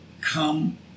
come